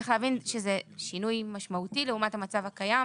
צריך להבין שזה שינוי משמעותי לעומת המצב הקיים